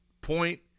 point